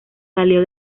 salió